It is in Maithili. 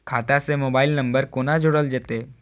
खाता से मोबाइल नंबर कोना जोरल जेते?